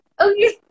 Okay